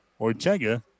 Ortega